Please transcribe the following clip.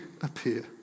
appear